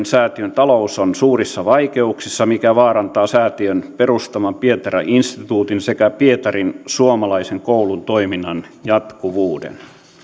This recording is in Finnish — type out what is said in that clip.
säätiön talous on suurissa vaikeuksissa mikä vaarantaa säätiön perustaman pietarin instituutin sekä pietarin suomalaisen koulun toiminnan jatkuvuuden